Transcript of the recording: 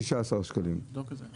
יש היגיון בזה, מה אתה רוצה?